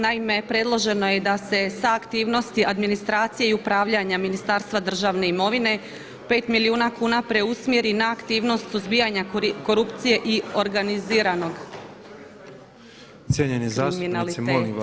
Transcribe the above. Naime, predloženo je da se sa aktivnosti administracije i upravljanja Ministarstva državne imovine pet milijuna kuna preusmjeri na aktivnost suzbijanja korupcije i organiziranog kriminaliteta.